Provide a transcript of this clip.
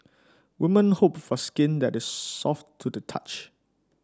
women hope for skin that is soft to the touch